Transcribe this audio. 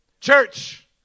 Church